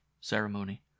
ceremony